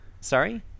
Sorry